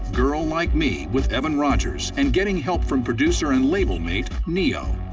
girl like me, with evan rogers, and getting help from producer and label mate ne-yo.